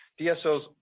dso's